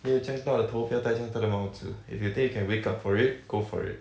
没有这样大的头不要戴这样大的帽子 if you think you can wake up for it go for it